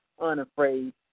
unafraid